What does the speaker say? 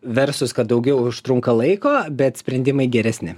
versus kad daugiau užtrunka laiko bet sprendimai geresni